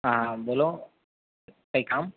હા બોલો કંઈ કામ